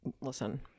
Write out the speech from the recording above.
Listen